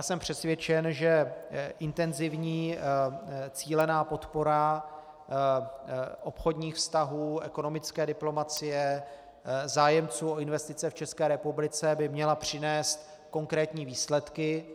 Jsem přesvědčen, že intenzivní cílená podpora obchodních vztahů, ekonomické diplomacie, zájemců o investice v České republice by měla přinést konkrétní výsledky.